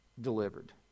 delivered